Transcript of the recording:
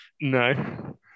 No